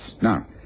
Now